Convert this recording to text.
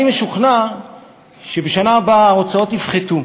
אני משוכנע שבשנה הבאה ההוצאות יפחתו,